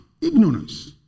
Ignorance